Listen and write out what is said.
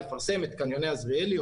לפרסם את קניוני עזריאלי,